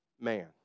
man